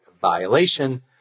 violation